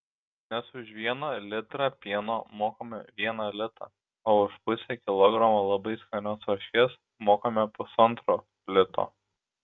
nes už vieną litrą pieno mokame vieną litą o už pusę kilogramo labai skanios varškės mokame pusantro lito